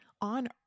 on